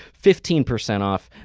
fifteen percent off.